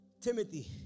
Timothy